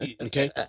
Okay